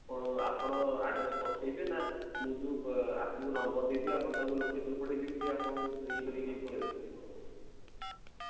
ଆପଣ ଆପଣ ଅଡ୍ରେସ୍ ପଠାଇବେ ନା ମୁଁ ଯେଉଁ ୟାକୁ ନମ୍ବର୍ ଦେଇଦେବି ଆପଣ ତାକୁ ଲୋକେସନ୍ ପଠାଇ ଦେବେ ସେ ଆପଣଙ୍କୁ ଇଏ କରିକି ନେଇକି ପଳାଇବ